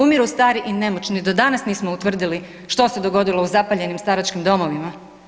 Umiru stari i nemoćni, do danas nismo utvrdili što se dogodilo u zapaljenim staračkim domovima.